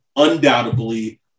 undoubtedly